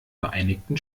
vereinigten